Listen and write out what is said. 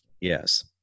Yes